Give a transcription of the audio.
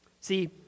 See